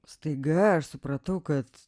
staiga aš supratau kad